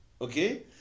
Okay